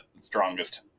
strongest